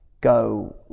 go